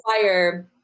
fire